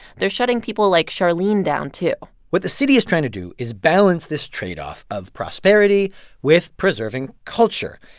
they're shutting people like charlene down, too what the city is trying to do is balance this trade-off of prosperity with preserving culture.